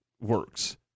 works